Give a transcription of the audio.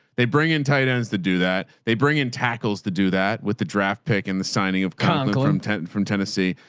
they bring in titans to do that. they bring in tackles to do that with the draft pick and the signing of cotton from tenth from tennessee.